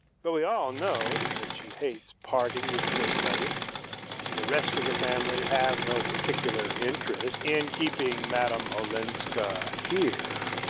but we all know that she hates parting with good money and the rest of the family have no particular interest in keeping madame olenska here.